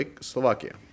Slovakia